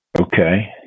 Okay